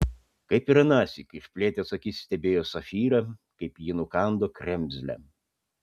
kaip ir anąsyk išplėtęs akis stebėjo safyrą kaip ji nukando kremzlę